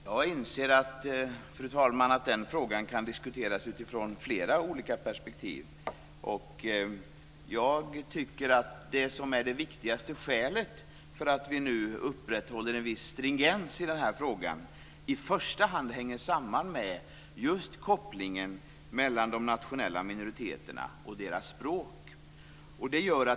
Fru talman! Jag inser att den frågan kan diskuteras utifrån flera olika perspektiv. Det viktigaste skälet för att vi nu upprätthåller en viss stringens i den här frågan hänger i första hand samman med just kopplingen mellan de nationella minoriteterna och deras språk.